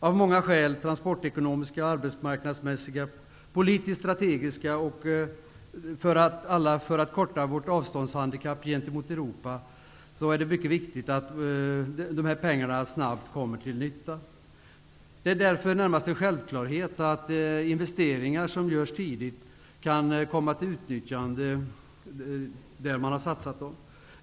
Av många skäl, t.ex. transportekonomiska, arbetsmarknadsmässiga och politiskt-strategiska, och för att korta vårt avståndshandikapp gentemot Europa, är det mycket viktigt att dessa pengar snabbt kommer till nytta. Det är därför närmast en självklarhet att investeringar som görs tidigt kan komma till utnyttjande där man har satsat dem.